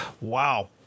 Wow